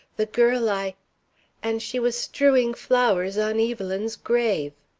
the girl i and she was strewing flowers on evelyn's grave.